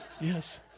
Yes